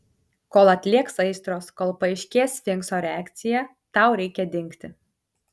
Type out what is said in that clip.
kol atlėgs aistros kol paaiškės sfinkso reakcija tau reikia dingti